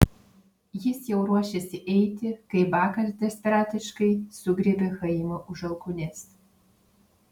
jis jau ruošėsi eiti kai bakas desperatiškai sugriebė chaimą už alkūnės